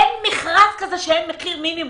אין מכרז כזה שאין מחיר מינימום.